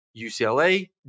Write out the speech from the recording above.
UCLA